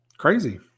Crazy